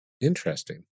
interesting